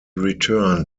return